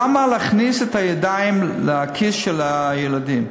למה להכניס את הידיים לכיס של הילדים?